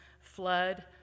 flood